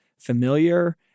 familiar